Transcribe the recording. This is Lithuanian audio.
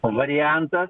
o variantas